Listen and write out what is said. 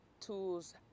tools